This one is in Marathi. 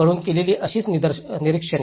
Turnerकडून केलेली अशीच निरीक्षणे